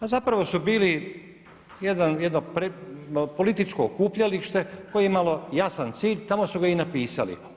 A zapravo su bili jedno političko okupljalište koje je imalo jasan cilj, tamo su ga i napisali.